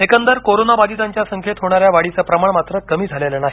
एकंदर कोरोना बाधितांच्या संख्येत होणाऱ्या वाढीचं प्रमाण मात्र कमी झालेलं नाही